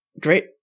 great